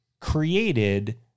created